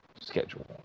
Schedule